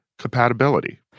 Compatibility